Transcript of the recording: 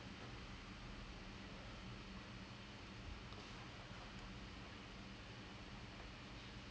this is a dude who he's like he's like those in the modern athletes எல்லாம் சொல்லுவாங்கே இல்லையா:ellaam solluvaangae illaiyaa guys who are like so in they're like